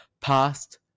past